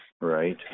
Right